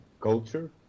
culture